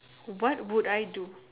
what would I do